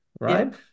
right